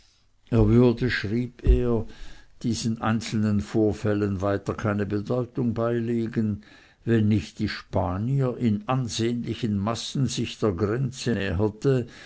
er würde schrieb er diesen einzelnen vorfällen weiter keine bedeutung beilegen wenn nicht die spanier in ansehnlichen massen sich der grenze